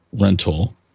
rental